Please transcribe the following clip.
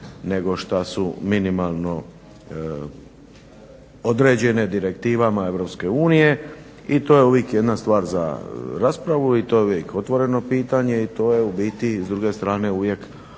nego šta su minimalno određene direktivama EU i to je uvijek jedna stvar za raspravu i to je uvijek otvoreno pitanje i to je u biti s druge strane uvijek